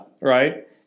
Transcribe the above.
right